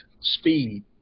speed